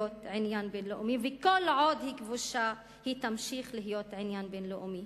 עניין בין-לאומי וכל עוד היא כבושה היא תמשיך להיות עניין בין-לאומי.